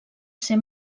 ser